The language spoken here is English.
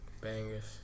bangers